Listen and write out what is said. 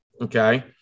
Okay